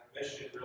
mission